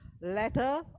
letter